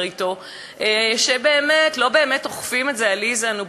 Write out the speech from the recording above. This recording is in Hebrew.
אתו היא שלא באמת אוכפים את זה: נו,